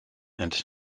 and